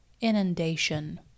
inundation